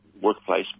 workplace